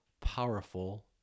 powerful